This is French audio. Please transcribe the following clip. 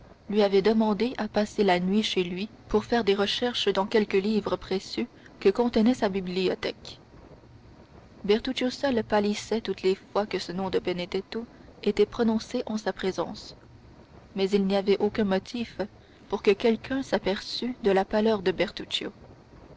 lui avait demandé à passer la nuit chez lui pour faire des recherches dans quelques livres précieux que contenait sa bibliothèque bertuccio seul pâlissait toutes les fois que ce nom de benedetto était prononcé en sa présence mais il n'y avait aucun motif pour que quelqu'un s'aperçût de la pâleur de